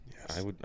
Yes